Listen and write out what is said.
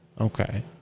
Okay